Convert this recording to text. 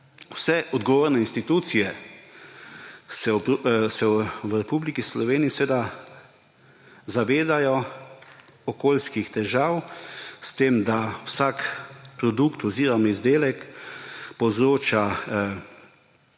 vse odgovorne institucije v Republiki Sloveniji se zavedajo okoljskih težav, s tem da vsak produkt oziroma izdelek povzroča